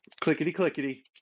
Clickety-clickety